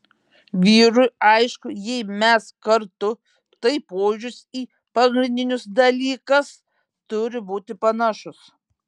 vyrui aišku jei mes kartu tai požiūris į pagrindinius dalykas turi būti panašus